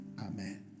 Amen